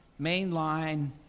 mainline